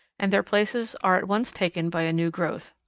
and their places are at once taken by a new growth.